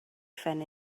phen